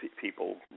people